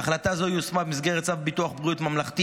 החלטה זו יושמה במסגרת צו ביטוח בריאות ממלכתי